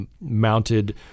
mounted